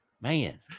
man